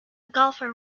golfer